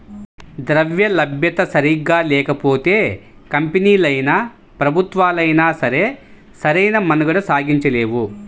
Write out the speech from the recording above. ద్రవ్యలభ్యత సరిగ్గా లేకపోతే కంపెనీలైనా, ప్రభుత్వాలైనా సరే సరైన మనుగడ సాగించలేవు